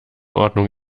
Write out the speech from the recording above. ordnung